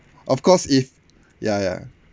of course if ya ya